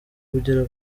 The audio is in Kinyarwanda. kugera